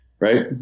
Right